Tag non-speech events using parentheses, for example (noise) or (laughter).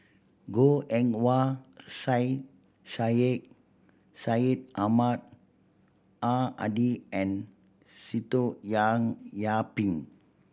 Goh Eng Wah (unintelligible) Syed Syed Ahmad Al Hadi and Sitoh Young Yih Pin